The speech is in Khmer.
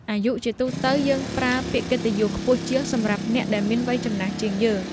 អាយុ ជាទូទៅ យើងប្រើពាក្យកិត្តិយសខ្ពស់ជាងសម្រាប់អ្នកដែលមានវ័យចំណាស់ជាងយើង។